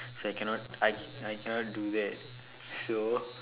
so I cannot I I cannot do that so